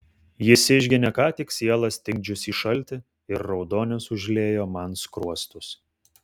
jis išginė ką tik sielą stingdžiusį šaltį ir raudonis užliejo man skruostus